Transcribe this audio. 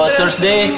Thursday